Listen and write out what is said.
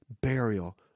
burial